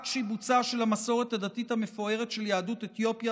רק שיבוצה של המסורת הדתית המפוארת של יהדות אתיופיה